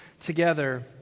together